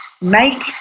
make